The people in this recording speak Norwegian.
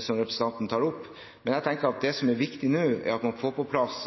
som representanten tar opp, men jeg tenker at det som er viktig nå, er at man får på plass